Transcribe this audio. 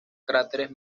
cráteres